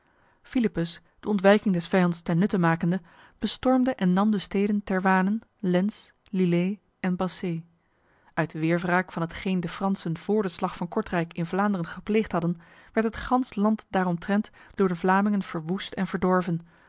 philippus de ontwijking des vijands ten nutte makende bestormde en nam de steden terwanen lens lillers en bassée uit weerwraak van hetgeen de fransen vr de slag van kortrijk in vlaanderen gepleegd hadden werd het gans land daar omtrent door de vlamingen verwoest en verdorven